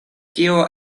tio